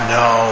no